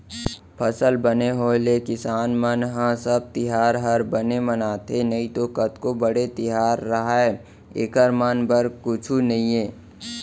फसल बने होय ले किसान मन ह सब तिहार हर बने मनाथे नइतो कतको बड़े तिहार रहय एकर मन बर कुछु नइये